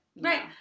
Right